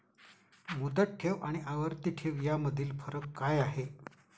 मुदत ठेव आणि आवर्ती ठेव यामधील फरक काय आहे?